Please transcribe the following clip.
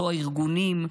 לא הארגונים.